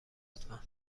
لطفا